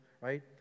Right